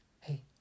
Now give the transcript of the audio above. hey